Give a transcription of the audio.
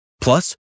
Plus